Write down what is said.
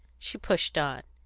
she pushed on.